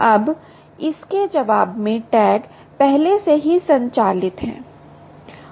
अब इसके जवाब में टैग पहले से ही संचालित हैं